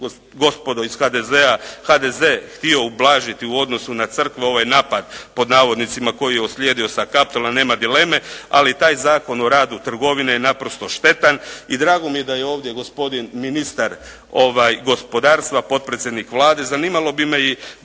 gospodo iz HDZ-a, HDZ htio ublažiti u odnosu na crkvu ovaj "napad" koji je uslijedio sa Kaptola, nema dileme, ali taj Zakon o radu trgovine je naprosto štetan i drago mi je da je ovdje gospodin ministar gospodarstva, potpredsjednik Vlade, zanimalo bi me i